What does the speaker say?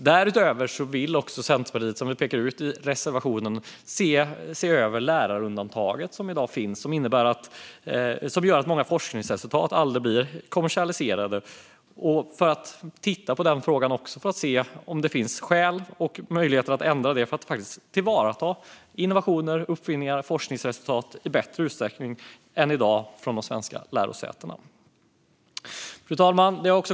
Därutöver vill Centerpartiet, som vi pekar ut i reservationen, se över frågan om lärarundantaget som i dag finns och som gör att många forskningsresultat aldrig blir kommersialiserade för att se om det finns skäl och möjligheter att ändra det för att faktiskt tillvarata innovationer, uppfinningar och forskningsresultat i större utsträckning än i dag från de svenska lärosätena. Fru talman!